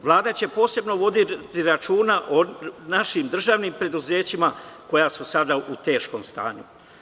Vlada će posebno voditi računa o našim državnim preduzećima koja su tada u teškom stanju.